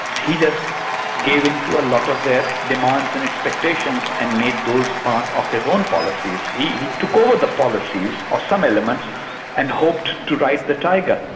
he just gave in to a lot of their demands and expectations and made those part of his own policies. he took over the policies of some elements and hoped to ride the tiger.